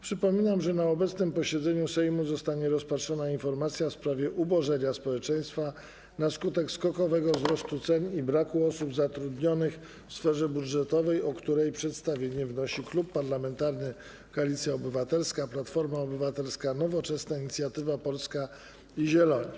Przypominam, że na obecnym posiedzeniu Sejmu zostanie rozpatrzona informacja w sprawie ubożenia społeczeństwa na skutek skokowego wzrostu cen i braku równoważącego go wzrostu dochodów, w szczególności osób zatrudnionych w sferze budżetowej, o której przedstawienie wnosi Klub Parlamentarny Koalicja Obywatelska - Platforma Obywatelska, Nowoczesna, Inicjatywa Polska, Zieloni.